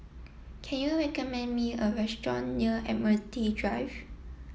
can you recommend me a restaurant near Admiralty Drive